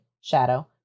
Shadow